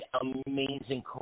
amazing